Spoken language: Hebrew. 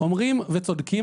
אומרים וצודקים.